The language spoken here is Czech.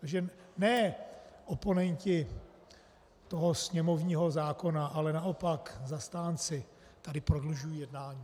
Takže ne oponenti toho sněmovního zákona, ale naopak zastánci tady prodlužují jednání.